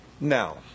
Now